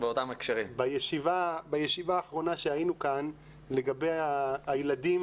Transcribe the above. בישיבה האחרונה שהיינו כאן לגבי הילדים